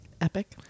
Epic